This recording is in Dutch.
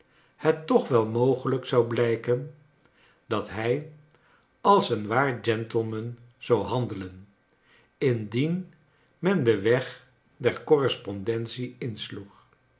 het toch wel mogelijk zon blijken dat hij als een waar gentleman zou handelen indien men den weg der correspondentie insloeg